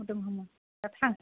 मोदोम हामा दा थां